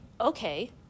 okay